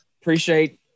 appreciate